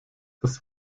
das